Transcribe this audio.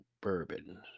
bourbon